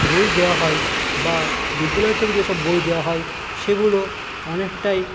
বই দেওয়া হয় বা বিদ্যালয় থেকে যেসব বই দেওয়া হয় সেগুলো অনেকটাই